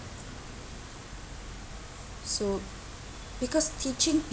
so because teaching